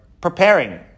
Preparing